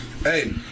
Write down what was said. Hey